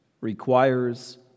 requires